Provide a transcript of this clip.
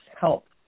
help